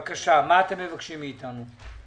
בבקשה, מה אתם מבקשים מאיתנו?